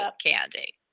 Candy